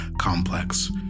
complex